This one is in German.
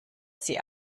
sie